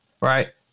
right